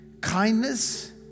kindness